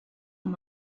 amb